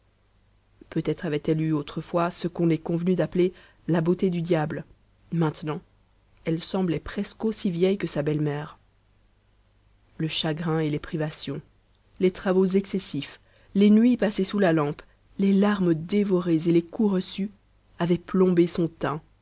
peut-être avait-elle eu autrefois ce qu'on est convenu d'appeler la beauté du diable maintenant elle semblait presque aussi vieille que sa belle-mère le chagrin et les privations les travaux excessifs les nuits passées sous la lampe les larmes dévorées et les coups reçus avaient plombé son teint